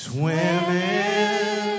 Swimming